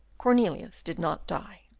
cornelius did not die.